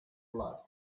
blood